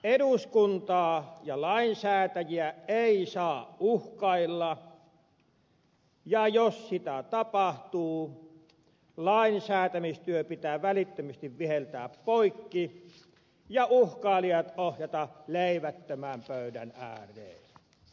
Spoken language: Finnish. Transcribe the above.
eduskuntaa ja lainsäätäjiä ei saa uhkailla ja jos sitä tapahtuu lainsäätämistyö pitää välittömästi viheltää poikki ja uhkailijat ohjata leivättömän pöydän ääreen